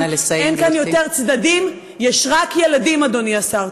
אין כאן יותר צדדים, יש רק ילדים, אדוני השר.